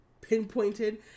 pinpointed